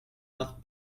not